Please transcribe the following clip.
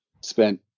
spent